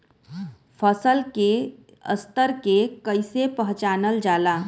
फसल के स्तर के कइसी पहचानल जाला